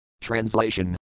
Translation